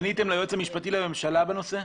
פניתם ליועץ המשפטי לממשלה בנושא?